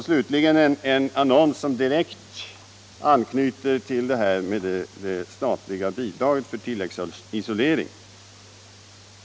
Slutligen en annons som direkt anknyter till det statliga bidraget för tilläggsisolering.